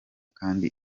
kandi